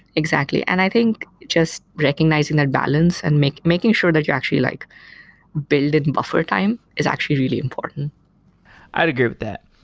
exactly. and i think just recognizing that balance and making sure that you're actually like building buffer time is actually really important i'd agree with that.